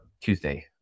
Tuesday